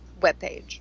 webpage